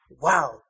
Wow